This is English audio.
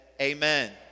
amen